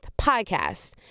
podcasts